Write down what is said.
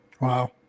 Wow